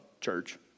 church